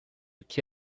que